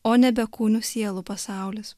o ne bekūnių sielų pasaulis